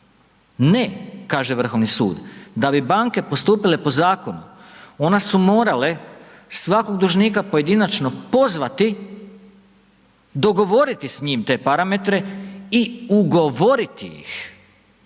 ne kaže Vrhovni sud. Da bi banke postupile po zakonu one su morale svakog dužnika pojedinačno pozvati, dogovoriti s njim te parametre i ugovoriti ih,